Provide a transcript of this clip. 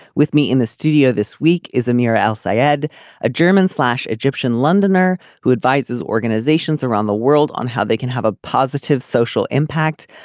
with me in the studio this week is a mirror else i ah had a german slash egyptian londoner who advises organizations around the world on how they can have a positive social impact.